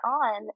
on